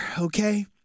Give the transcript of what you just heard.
okay